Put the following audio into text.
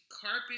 carpet